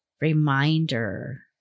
reminder